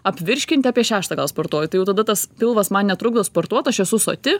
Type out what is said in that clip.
apvirškint apie šeštą gal sportuoju tai jau tada tas pilvas man netrukdo sportuot aš esu soti